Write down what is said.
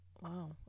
Wow